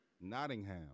Nottingham